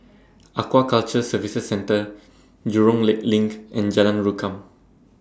Aquaculture Services Centre Jurong Lake LINK and Jalan Rukam